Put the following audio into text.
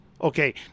Okay